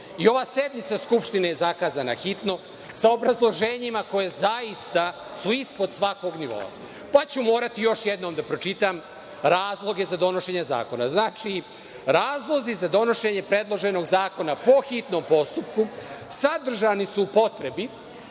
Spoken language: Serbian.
I ova sednica Skupštine je zakazana hitno, sa obrazloženjima koja zaista su ispod svakog nivoa. Moraću još jednom da pročitam razloge za donošenje zakona. Razlozi za donošenje predloženog zakona po hitnom postupku sadržani su u potrebi